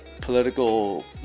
political